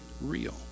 real